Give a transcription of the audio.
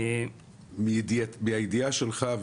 מהידיעה שלך,